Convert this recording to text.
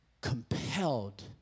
compelled